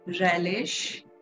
relish